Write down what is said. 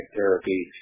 therapy